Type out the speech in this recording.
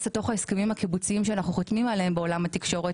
להסכמים הקיבוציים שאנחנו חותמים עליהם בעולם התקשורת